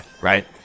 right